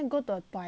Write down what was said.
please